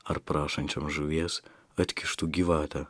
ar prašančiam žuvies atkištų gyvatę